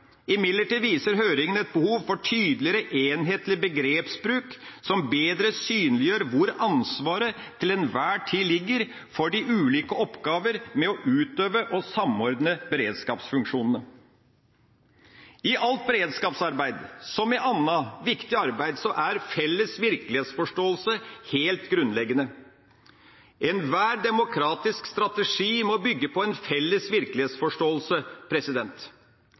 Imidlertid viser høringa et behov for tydeligere, enhetlig begrepsbruk som bedre synliggjør hvor ansvaret til enhver tid ligger for de ulike oppgaver med å utøve og samordne beredskapsfunksjonene. I alt beredskapsarbeid, som i annet viktig arbeid, er felles virkelighetsforståelse helt grunnleggende. Enhver demokratisk strategi må bygge på en felles virkelighetsforståelse.